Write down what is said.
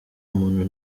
muntu